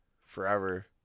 forever